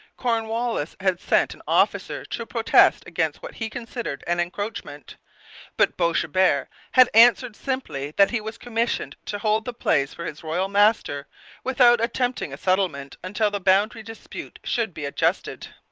cornwallis had sent an officer to protest against what he considered an encroachment but boishebert had answered simply that he was commissioned to hold the place for his royal master without attempting a settlement until the boundary dispute should be adjusted.